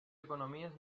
economies